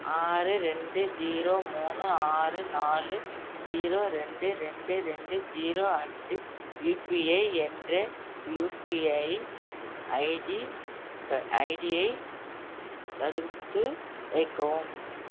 ஆறு ரெண்டு ஜீரோ மூணு ஆறு நாலு ஜீரோ ரெண்டு ரெண்டு ரெண்டு ஜீரோ அட்டு யுபிஐ என்ற யுபிஐ ஐடி ஐடியை தடுத்து வைக்கவும்